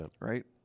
right